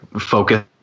focus